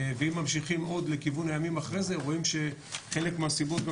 אם ממשיכים עוד לכיוון הימים אחרי זה רואים שחלק מהסיבות גם